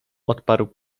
odparł